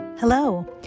Hello